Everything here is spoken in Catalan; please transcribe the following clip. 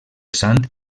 sant